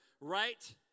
right